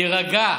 תירגע.